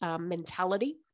mentality